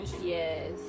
Yes